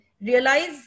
realize